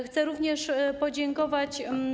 Chcę również podziękować.